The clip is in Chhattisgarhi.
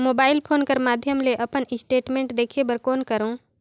मोबाइल फोन कर माध्यम ले अपन स्टेटमेंट देखे बर कौन करों?